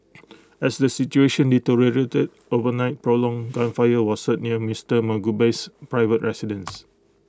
as the situation deteriorated overnight prolonged gunfire was heard near Mister Mugabe's private residence